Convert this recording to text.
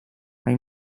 are